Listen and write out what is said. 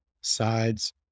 sides